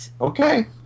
Okay